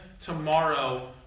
tomorrow